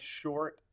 short